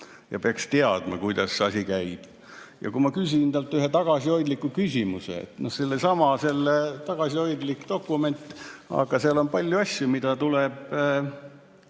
Tema peaks teadma, kuidas see asi käib. Ja ma küsisin talt ühe tagasihoidliku küsimuse – seesama tagasihoidlik dokument, aga seal on palju asju, mida tuleb